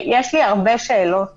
יש לי הרבה שאלות